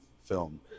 film